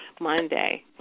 Monday